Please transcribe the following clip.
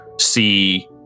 see